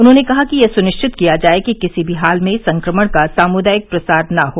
उन्होंने कहा कि यह सुनिश्चित किया जाये कि किसी भी हाल में संक्रमण का सामुदायिक प्रसार न हो